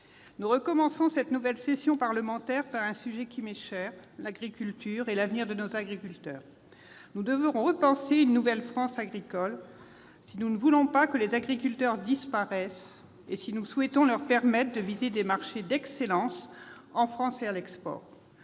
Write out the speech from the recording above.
nous commençons cette nouvelle session parlementaire en abordant un sujet qui m'est cher : l'agriculture et l'avenir de nos agriculteurs. Nous devons penser une nouvelle France agricole si nous ne voulons pas que les agriculteurs disparaissent et si nous souhaitons leur permettre de viser des marchés d'excellence en France et à l'export.